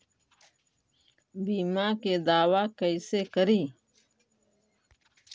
बीमा के दावा कैसे करी?